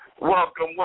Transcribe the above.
Welcome